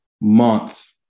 month